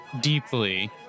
deeply